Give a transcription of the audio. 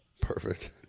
Perfect